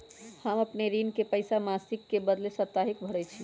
हम अपन ऋण के पइसा मासिक के बदले साप्ताहिके भरई छी